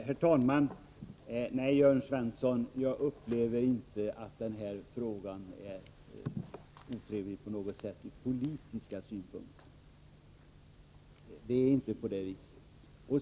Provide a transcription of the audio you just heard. Herr talman! Nej, Jörn Svensson, jag upplever inte att den här frågan är otrevlig på något sätt ur politiska synpunkter.